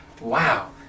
wow